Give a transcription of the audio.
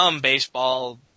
baseball